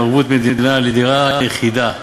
ערבות מדינה לדירה יחידה)